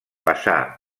passà